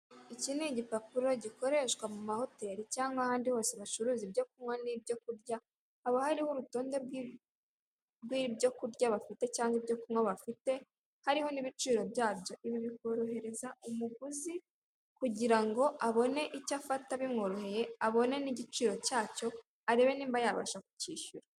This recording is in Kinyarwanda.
Iki ni igipapuro gikoreshwa mu mahoteri cyangwa ahandi hose bacuruza ibyo kunywa n'ibyo kurya, haba hariho urutonde rw'ibyo kurya bafite cyangwa ibyo kunywa bafite, hariho n'ibiciro byabyo. Ibi bikorohereza umuguzi kugira ngo abone icyo afata bimworoheye, abone n'igiciro cyacyo, arebe niba yabasha kucyishyura.